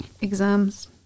Exams